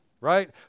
Right